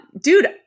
Dude